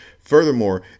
Furthermore